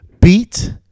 beat